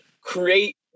create